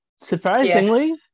surprisingly